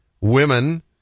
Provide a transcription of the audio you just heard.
women